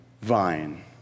vine